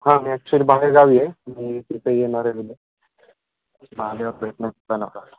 हां मी ॲक्च्युली बाहेरगावी आहे मी तिथं येणार आहे मग आल्यावर भेटणं